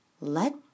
Let